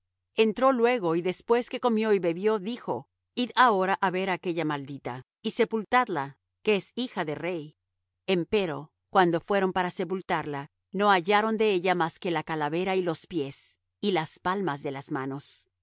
entró luego y después que comió y bebió dijo id ahora á ver aquella maldita y sepultadla que es hija de rey empero cuando fueron para sepultarla no hallaron de ella más que la calavera y los pies y las palmas de las manos